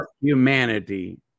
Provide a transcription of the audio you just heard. humanity